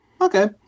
Okay